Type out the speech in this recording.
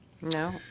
No